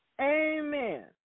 Amen